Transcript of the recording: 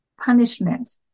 punishment